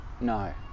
No